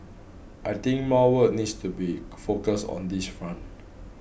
I think more work needs to be focused on this front